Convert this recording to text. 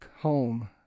home